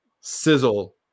sizzle